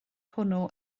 hwnnw